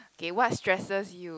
K what stresses you